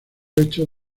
hechos